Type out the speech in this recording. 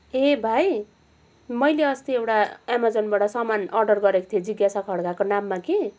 ए भाइ मैले अस्ति एउटा अमेजनबाट सामान अर्डर गरेको थिएँ जिज्ञासा खड्काको नाममा कि